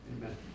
Amen